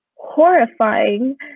horrifying